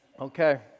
Okay